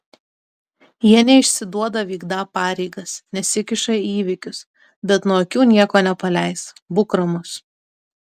jie neišsiduoda vykdą pareigas nesikiša į įvykius bet nuo akių nieko nepaleis būk ramus